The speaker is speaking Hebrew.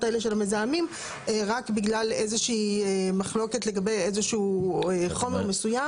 האלה של המזהמים רק בגלל איזה שהיא מחלוקת לגבי איזה שהוא חומר מסוים.